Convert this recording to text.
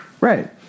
Right